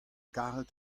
karet